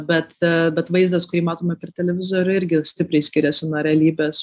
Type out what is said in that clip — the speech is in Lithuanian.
bet bet vaizdas kurį matome per televizorių irgi stipriai skiriasi nuo realybės